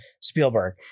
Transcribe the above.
Spielberg